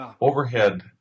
overhead